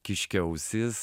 kiškio ausis